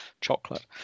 chocolate